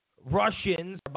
Russians